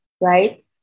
right